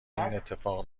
اتفاق